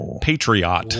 Patriot